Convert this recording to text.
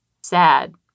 sad